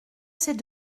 ces